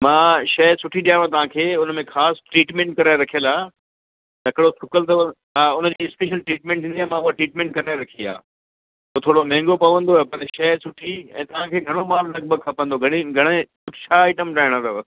मां शइ सुठी ॾियांव तव्हांखे उन में ख़ासि ट्रीटमेंट कराए रखियलु आहे हिकिड़ो सुकलु अथव उनजी स्पेशल ट्रीटमेंट थींदी आहे मां उहा ट्रीटमेंट कराए रखी आहे सुठो त महांगो पवंदो पर शइ सुठी ऐं तव्हांखे घणो मालु लॻभॻि खपंदो घणी घणे छा आइटम ठाहिणा अथव